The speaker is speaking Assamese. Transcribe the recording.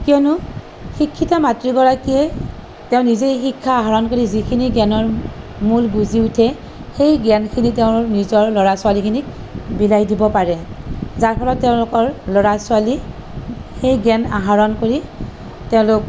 কিয়নো শিক্ষিতা মাতৃ গৰাকীয়ে তেওঁ নিজেই শিক্ষা আহৰণ কৰি যিখিনি জ্ঞানৰ মোল বুজি উঠে সেই জ্ঞানখিনি তেওঁৰ নিজৰ ল'ৰা ছোৱালীখিনিক বিলাই দিব পাৰে যাৰ ফলত তেওঁলোকৰ ল'ৰা ছোৱালী সেই জ্ঞান আহৰণ কৰি তেওঁলোক